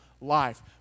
life